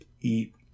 eat